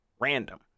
random